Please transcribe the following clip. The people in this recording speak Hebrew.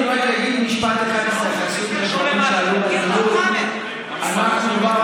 אני רק אגיד משפט אחד בהתייחסות לדברים שעלו בדיון: אנחנו כבר